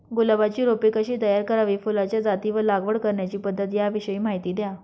गुलाबाची रोपे कशी तयार करावी? फुलाच्या जाती व लागवड करण्याची पद्धत याविषयी माहिती द्या